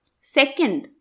Second